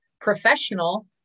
professional